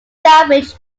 damage